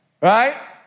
right